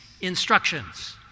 instructions